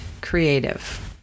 creative